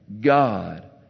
God